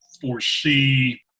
foresee